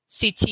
CT